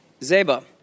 Zeba